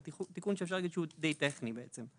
זה תיקון שאפשר להגיד שהוא די טכני, בעצם.